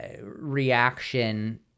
reaction